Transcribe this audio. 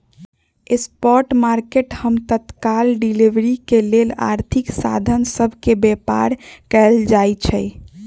spot market हम तत्काल delivery के लेल आर्थिक साधन सभ के व्यापार कयल जाइ छइ